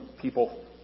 people